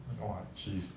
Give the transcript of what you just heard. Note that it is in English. !wah! she's